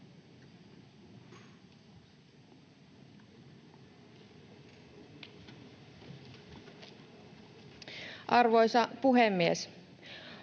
Arvoisa puhemies!